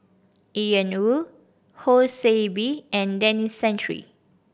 Ian Woo Ho See Beng and Denis Santry